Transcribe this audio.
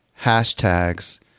hashtags